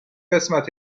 قسمت